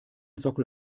sockel